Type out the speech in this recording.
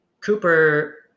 Cooper